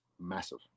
massive